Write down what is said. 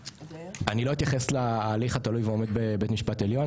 אני לא אתייחס להליך התלוי ועומד בבית משפט עליון,